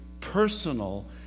personal